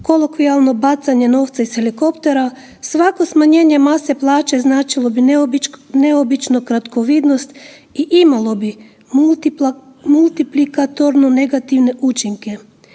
kolokvijalno, bacanje novca iz helikoptera, svako smanjenje mase plaće značilo bi neobično kratkovidnost i imalo bi multiplikatorno negativne učinke.